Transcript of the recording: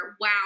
wow